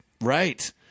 right